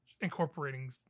incorporating